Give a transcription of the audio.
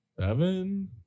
seven